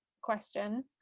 question